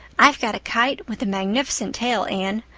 i've got a kite with a magnificent tail, anne.